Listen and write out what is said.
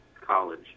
college